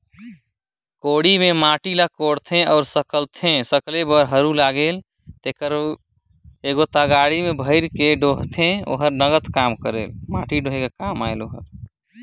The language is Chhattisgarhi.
बउसली मे लगल माटी कोड़े चहे माटी सकेले कर लोहा कर चउड़ई हर ढेरे कम रहथे